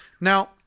Now